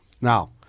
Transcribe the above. Now